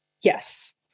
Yes